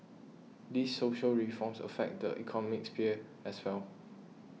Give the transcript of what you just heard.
these social reforms affect the economic sphere as well